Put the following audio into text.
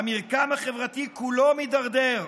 המרקם החברתי כולו מידרדר,